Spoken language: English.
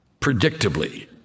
predictably